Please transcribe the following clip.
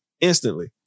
instantly